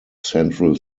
central